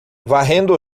varrendo